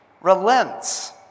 relents